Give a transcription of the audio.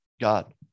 god